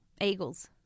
Eagles